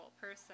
person